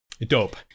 dope